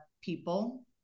people